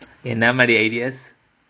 என்ன மாதிரி:enna maadhiri ideas